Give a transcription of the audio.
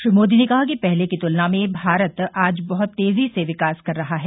श्री मोदी ने कहा कि पहले की तुलना में भारत आज बहुत तेजी से विकास कर रहा है